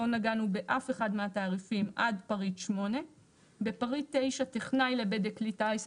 לא נגענו באף אחד מהתעריפים עד פריט 8. בפריט 9 טכנאי לבדק כלי טיס,